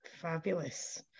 Fabulous